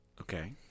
Okay